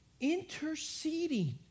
interceding